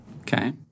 Okay